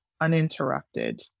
uninterrupted